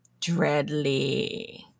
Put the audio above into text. Dreadly